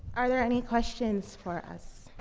are there any questions for us?